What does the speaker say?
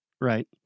right